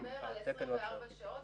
התקן מדבר על 24 שעות,